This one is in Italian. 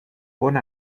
con